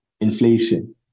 inflation